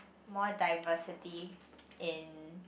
more diversity in